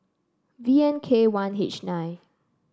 V N K one H nine